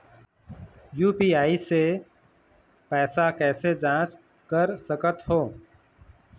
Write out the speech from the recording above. UPI से पैसा कैसे जाँच कर सकत हो?